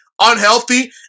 unhealthy